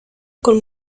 con